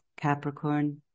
Capricorn